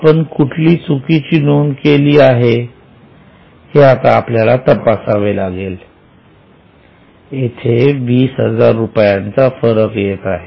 आपण कुठली चुकीची नोंद केली हे आता आपल्याला तपासावे लागेल येथे 20 हजाराचा फरक येत आहे